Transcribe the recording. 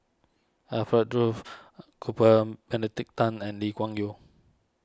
Alfred Duff Cooper annedict Tan and Lee Kuan Yew